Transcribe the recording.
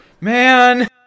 Man